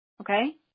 okay